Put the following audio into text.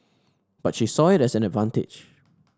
but she saw it as an advantage